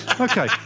Okay